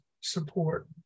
support